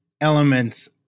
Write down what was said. elements